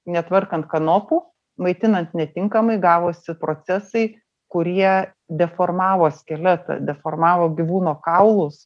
netvarkant kanopų maitinant netinkamai gavosi procesai kurie deformavo skeletą deformavo gyvūno kaulus